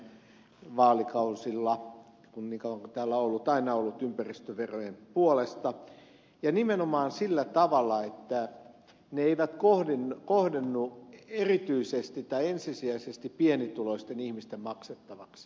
tiusanen on viime vaalikausilla niin kauan kuin on täällä ollut aina ollut ympäristöverojen puolesta ja nimenomaan sillä tavalla että ne eivät kohdennu erityisesti tai ensisijaisesti pienituloisten ihmisten maksettavaksi